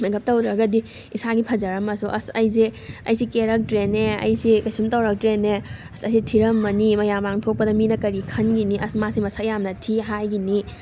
makeup ꯇꯧꯗ꯭ꯔꯒꯗꯤ ꯏꯁꯥꯒꯤ ꯐꯖꯔꯝꯃꯁꯨ ꯑꯁ ꯑꯩꯁꯦ ꯑꯩꯁꯦ ꯀꯦꯔꯛꯇ꯭ꯔꯦꯅꯦ ꯑꯩꯁꯦ ꯀꯩꯁꯨꯝ ꯇꯧꯔꯛꯇ꯭ꯔꯦꯅꯦ ꯑꯁ ꯑꯩꯁꯦ ꯊꯤꯔꯝꯃꯅꯤ ꯃꯌꯥꯝ ꯃꯥꯡꯗ ꯊꯣꯛꯄꯗ ꯃꯤꯅ ꯀꯔꯤ ꯈꯟꯈꯤꯅꯤ ꯑꯁ ꯃꯥꯁꯦ ꯃꯁꯛ ꯌꯥꯝ ꯊꯤ ꯍꯥꯏꯈꯤꯅꯤ